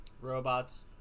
robots